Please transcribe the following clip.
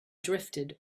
drifted